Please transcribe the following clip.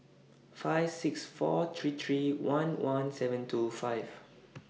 five six four three three one one seven two five